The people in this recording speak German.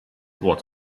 wort